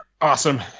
awesome